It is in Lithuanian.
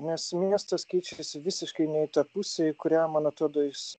nes miestas keičiasi visiškai ne į tą pusę į kurią man atrodo jis